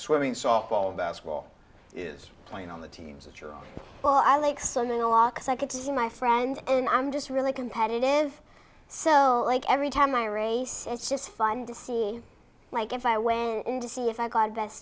swimming softball basketball is playing on the teams that you're well i like so many a lot because i get to see my friends and i'm just really competitive so like every time i race it's just fun to see like if i went in to see if i got th